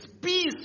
peace